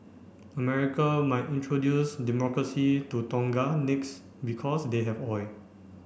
America might introduce Democracy to Tonga next because they have oil